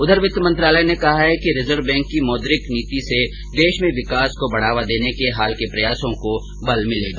उधर वित्त मंत्रालय ने कहा है कि रिजर्व बैंक की मौद्रिक नीति से देश में विकास को बढ़ावा देने के हाल के प्रयासों को बल मिलेगा